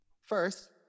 First